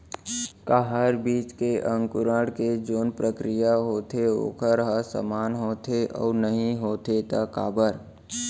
का हर बीज के अंकुरण के जोन प्रक्रिया होथे वोकर ह समान होथे, अऊ नहीं होथे ता काबर?